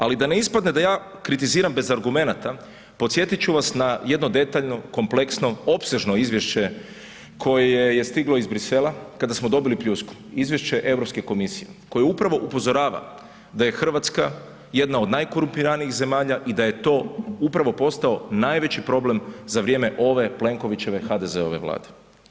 Ali da ne ispadne da ja kritiziram bez argumenata, podsjetit ću vas na jedno detaljno kompleksno opsežno izvješće koje je stiglo iz Bruxellesa kada smo dobili pljusku, izvješće Europske komisije koje upravo upozorava da je Hrvatska jedna od najkorumpiranijih zemalja i da je to upravo postao najveći problem za vrijeme ove Plenkovićeve HDZ-ove Vlade.